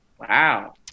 Wow